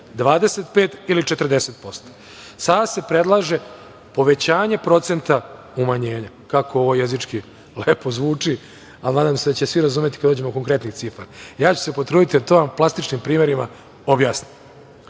25 ili 40%.Sada se predlaže povećanje procenta umanjenja. Kako ovo jezički lepo zvuči, ali nadam se da će svi razumeti kada dođemo do konkretnih cifara. Ja ću se potruditi da vam to na plastičnim primerima objasnim. Posmatrano